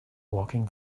walking